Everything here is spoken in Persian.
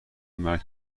مرگ